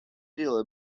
deal